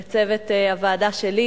לצוות הוועדה שלי,